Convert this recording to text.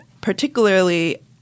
particularly